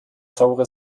saure